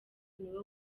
niwo